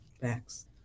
Thanks